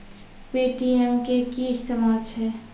Paytm के कि इस्तेमाल छै?